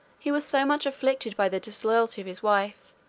he was so much afflicted by the disloyalty of his wife,